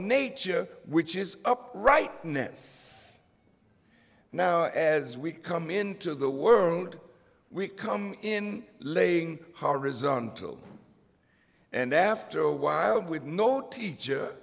nature which is up right ness now as we come into the world we come in laying horizontal and after a while with no teacher